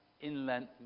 Inland